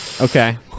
okay